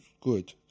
good